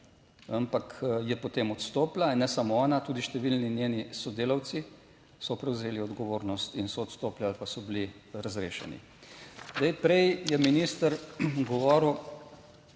ampak je potem odstopila in ne samo ona, tudi številni njeni sodelavci so prevzeli odgovornost in so odstopili ali pa so bili razrešeni. Zdaj, prej je minister govoril,